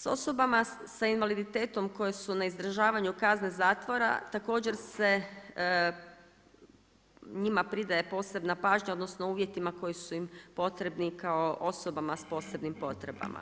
Sa osobama sa invaliditetom koje su na izdržavanju kazne zatvora također se njima pridaje posebna pažnja, odnosno u uvjetima koji su im potrebni kao osobama sa posebnim potrebama